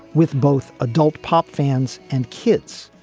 with both adult pop fans and kids,